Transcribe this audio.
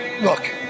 look